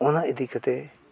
ᱚᱱᱟ ᱤᱫᱤ ᱠᱟᱛᱮᱫ